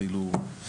כאילו,